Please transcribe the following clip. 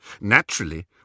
Naturally